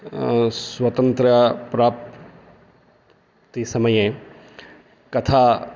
स्वतन्त्रप्राप्तिसमये कथं